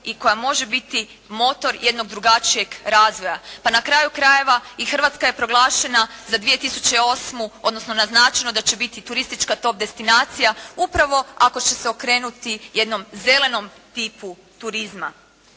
i koja može biti motor jednog drugačijeg razvoja. Pa na kraju krajeva i Hrvatske je proglašena za 2008. odnosno naznačeno da će biti turistička top destinacija upravo ako će se okrenuti jednom zelenom tipu turizma.